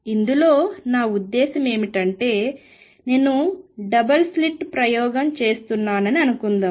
ఇందులో నా ఉద్దేశ్యం ఏమిటంటే నేను డబుల్ స్లిట్ ప్రయోగం చేస్తున్నానని అనుకుందాం